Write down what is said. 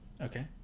Okay